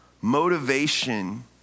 Motivation